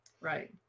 Right